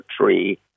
tree